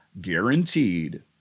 guaranteed